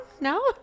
no